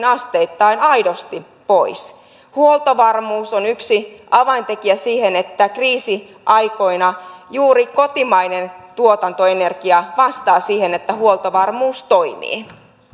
asteittain aidosti pois huoltovarmuus on yksi avaintekijä siihen että kriisiaikoina juuri kotimainen tuotantoenergia vastaa siihen että huoltovarmuus toimii